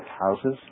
houses